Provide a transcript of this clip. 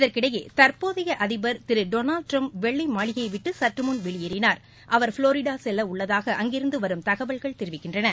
இதற்கிடையே தற்போதைய அதிபர் திரு டொனால்ட் டிரம்ப் வெள்ளை மாளிகையை விட்டு சற்று முன் வெளியேறினார் அவர் புளோரிடா செல்ல உள்ளதாக அங்கிருந்து வரும் தகவல்கள் தெரிவிக்கின்றன